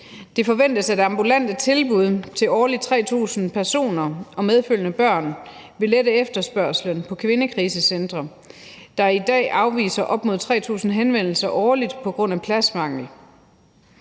Det forventes, at ambulante tilbud til årligt 3.000 personer og medfølgende børn vil lette efterspørgslen på kvindekrisecentre, der i dag afviser op mod 3.000 henvendelser årligt på grund af pladsmangel